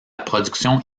production